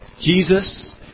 Jesus